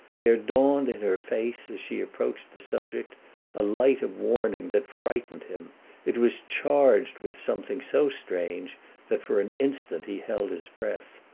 there dawned in her face as she approached the subject a light of warning that frightened him it was charged with something so strange that for an instant he held his breath.